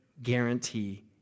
guarantee